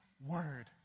word